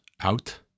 out